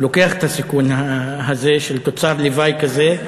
לוקח את הסיכון הזה של תוצר לוואי כזה.